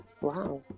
Wow